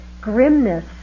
Grimness